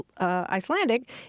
Icelandic